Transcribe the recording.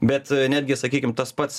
bet netgi sakykim tas pats